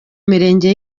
mirenge